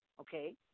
Okay